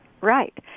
Right